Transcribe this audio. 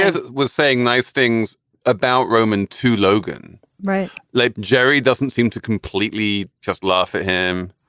and was saying nice things about roman to logan right. like jerry doesn't seem to completely just laugh at him.